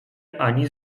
ani